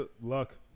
luck